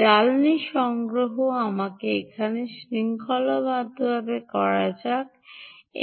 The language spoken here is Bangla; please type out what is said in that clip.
জ্বালানী সংগ্রহ আমাকে এখানে শৃঙ্খলাবদ্ধ করা যাক